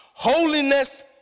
Holiness